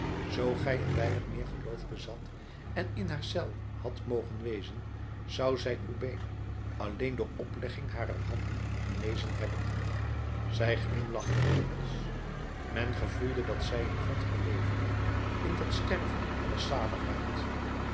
zoo gij een weinig meer geloof bezat en in haar cel hadt mogen wezen zou zij uw been alleen door oplegging harer handen genezen hebben zij glimlachte hemelsch men gevoelde dat zij in god herleefde in dat sterven was zaligheid